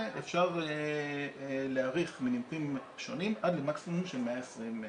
אפשר להאריך מנימוקים שונים עד למקסימום של 120 ימים.